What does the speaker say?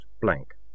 blank